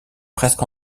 presque